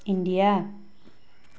India